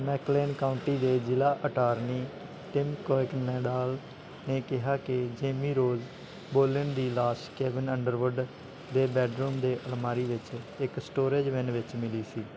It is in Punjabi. ਮੈਕਲੇਨ ਕਾਊਂਟੀ ਦੇ ਜ਼ਿਲ੍ਹਾ ਅਟਾਰਨੀ ਟਿਮ ਕੁਇਕੇਨਡਾਲ ਨੇ ਕਿਹਾ ਕਿ ਜੇਮੀ ਰੋਜ਼ ਬੋਲਿਨ ਦੀ ਲਾਸ਼ ਕੇਵਿਨ ਅੰਡਰਵੁੱਡ ਦੇ ਬੈੱਡਰੂਮ ਦੇ ਅਲਮਾਰੀ ਵਿੱਚ ਇੱਕ ਸਟੋਰੇਜ ਬਿਨ ਵਿੱਚ ਮਿਲੀ ਸੀ